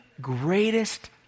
greatest